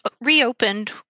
reopened